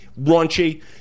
raunchy